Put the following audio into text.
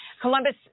Columbus